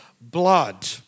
blood